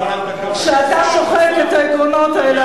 כשאתה שוחק את העקרונות האלה,